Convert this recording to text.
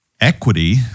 equity